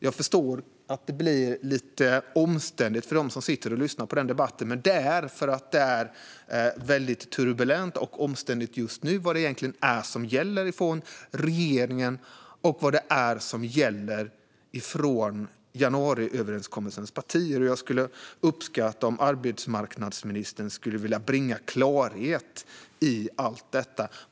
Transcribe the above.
Jag förstår att det blir lite omständligt för dem som sitter och lyssnar på debatten, men det är för att det just nu är väldigt turbulent och omständligt rörande vad som egentligen gäller från regeringens sida och vad som egentligen gäller från januariöverenskommelsens partiers sida. Jag skulle uppskatta om arbetsmarknadsministern ville bringa klarhet i allt detta.